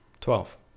Twelve